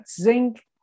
zinc